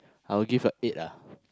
I will give a eight ah